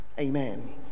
amen